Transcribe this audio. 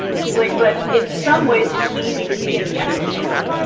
she's like but in someways it's easy to be in the echo chamber.